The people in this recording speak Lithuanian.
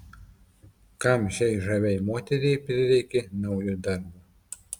kam šiai žaviai moteriai prireikė naujo darbo